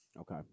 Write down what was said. Okay